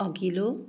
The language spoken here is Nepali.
अघिल्लो